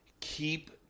keep